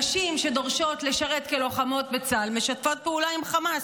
נשים שדורשות לשרת כלוחמות בצה"ל משתפות פעולה עם חמאס,